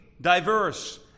diverse